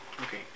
Okay